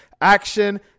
Action